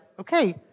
okay